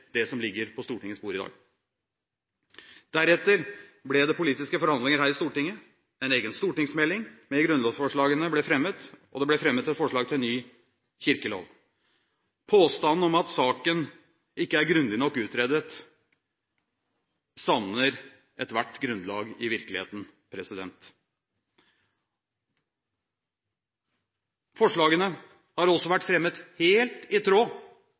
det som ligger på Stortingets bord i dag. Deretter ble det politiske forhandlinger her i Stortinget, en egen stortingsmelding med grunnlovsforslagene ble fremmet, og det ble fremmet et forslag til ny kirkelov. Påstanden om at saken ikke er grundig nok utredet, savner ethvert grunnlag i virkeligheten. Forslagene har også vært fremmet helt i tråd